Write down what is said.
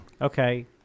Okay